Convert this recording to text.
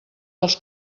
dels